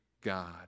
God